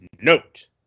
note